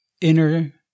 inner